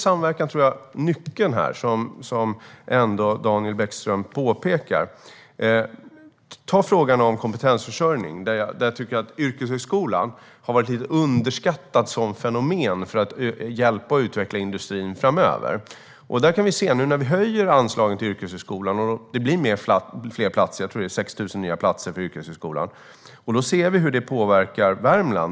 Samverkan är nyckeln här, som Daniel Bäckström påpekar. Talar vi om kompetensförsörjning kan jag säga att yrkeshögskolan har varit lite underskattad som fenomen för att hjälpa och utveckla industrin framöver. När vi höjer anslagen till yrkeshögskolan och det blir fler platser - jag tror att det är 6 000 nya platser för yrkeshögskolan - ser vi hur det påverkar Värmland.